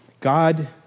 God